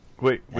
Wait